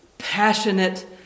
passionate